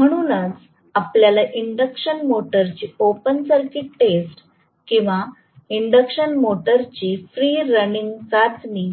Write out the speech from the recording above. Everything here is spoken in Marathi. म्हणूनच आपल्याला इंडक्शन मोटरची ओपन सर्किट टेस्ट किंवा इंडक्शन मोटरची फ्री रनिंग चाचणी